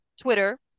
Twitter